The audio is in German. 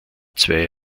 zwei